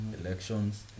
elections